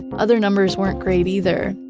other numbers weren't great either.